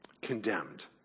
Condemned